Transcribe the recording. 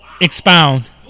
Expound